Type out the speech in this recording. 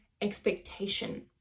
expectation